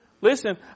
Listen